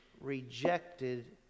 rejected